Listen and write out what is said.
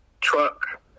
truck